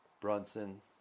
Brunson